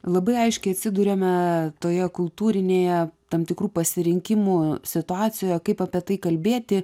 labai aiškiai atsiduriame toje kultūrinėje tam tikrų pasirinkimų situacijoje kaip apie tai kalbėti